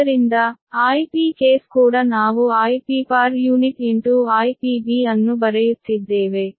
ಆದ್ದರಿಂದ Ip case ಕೂಡ ನಾವು Ip IpB ಅನ್ನು ಬರೆಯುತ್ತಿದ್ದೇವೆ